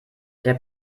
der